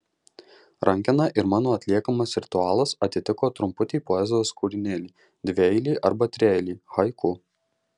rankena ir mano atliekamas ritualas atitiko trumputį poezijos kūrinėlį dvieilį arba trieilį haiku